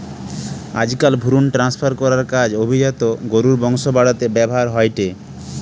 আজকাল ভ্রুন ট্রান্সফার করার কাজ অভিজাত গরুর বংশ বাড়াতে ব্যাভার হয়ঠে